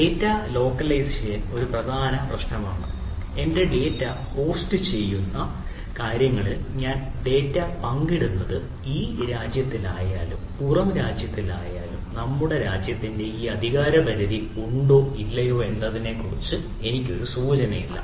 data location ഒരു പ്രധാന പ്രശ്നമാണ് എന്റെ ഡാറ്റ ഹോസ്റ്റുചെയ്യുന്ന കാര്യങ്ങളിൽ ഞാൻ ഡാറ്റ പങ്കിടുന്നിടത്ത് ഈ രാജ്യത്തിലായാലും പുറം രാജ്യത്തിലായാലും നമ്മുടെ രാജ്യത്തിന്റെ ഈ അധികാരപരിധി ഉണ്ടോ ഇല്ലയോ എന്നതിനെക്കുറിച്ച് എനിക്ക് ഒരു സൂചനയും ഇല്ല